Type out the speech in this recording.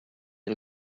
del